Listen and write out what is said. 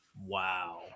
wow